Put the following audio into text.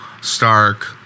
Stark